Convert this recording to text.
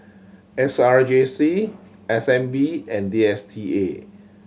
S R J C S N B and D S T A